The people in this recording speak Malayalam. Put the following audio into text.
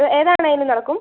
ഏതാണെങ്കിലും നടക്കും